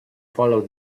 follow